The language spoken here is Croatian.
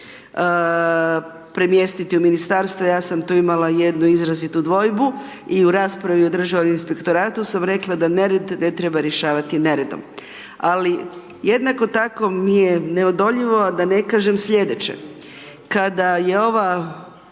premjestiti u Ministarstvu, ja sam tu imala jednu izrazitu dvojbu i u raspravi u Državnom inspektoratu sam rekla da nered ne treba rješavati neredom. Ali, jednako tako mi je neodoljivo da ne kažem sljedeće, kada je ova